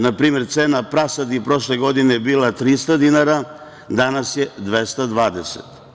Na primer, cena prasadi je prošle godine bila 300 dinara, danas je 220.